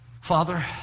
Father